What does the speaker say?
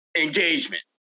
engagement